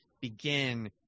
begin